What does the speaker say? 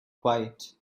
quiet